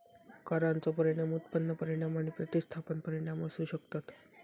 करांचो परिणाम उत्पन्न परिणाम आणि प्रतिस्थापन परिणाम असू शकतत